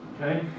okay